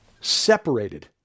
separated